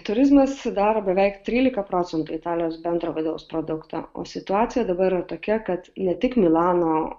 turizmas sudaro beveik trylika procentų italijos bendro vidaus produkto o situacija dabar yra tokia kad ne tik milano